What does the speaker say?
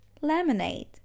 Lemonade